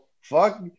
Fuck